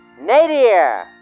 Nadir